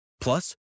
Plus